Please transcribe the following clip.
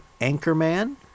Anchorman